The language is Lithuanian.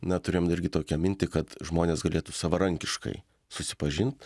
na turėjom dar irgi tokią mintį kad žmonės galėtų savarankiškai susipažint